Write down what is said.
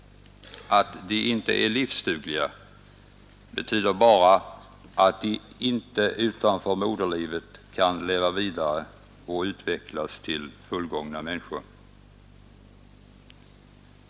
Att de inte är ”livsdugliga” betyder bara att de inte utanför moderlivet kan leva vidare och utvecklas till fullgångna människor.